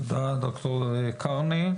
תודה, ד"ר קרני.